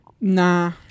nah